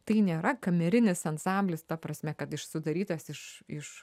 tai nėra kamerinis ansamblis ta prasme kad iš sudarytas iš iš